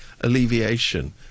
alleviation